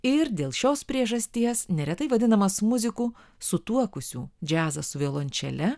ir dėl šios priežasties neretai vadinamas muzikų sutuokusių džiazą su violončele